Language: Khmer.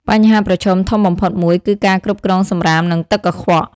បញ្ហាប្រឈមធំបំផុតមួយ គឺការគ្រប់គ្រងសំរាមនិងទឹកកខ្វក់។